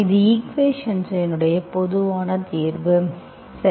இது ஈக்குவேஷன் பொதுவான தீர்வு சரி